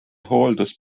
hooldust